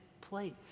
place